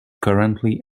currently